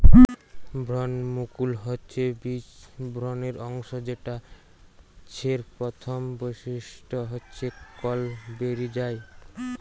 ভ্রূণমুকুল হচ্ছে বীজ ভ্রূণের অংশ যেটা ছের প্রথম বৈশিষ্ট্য হচ্ছে কল বেরি যায়